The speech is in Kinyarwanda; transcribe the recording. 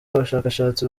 abashakashatsi